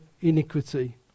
iniquity